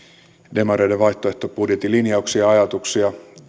demareiden vaihtoehtobudjetin linjauksia ja ajatuksia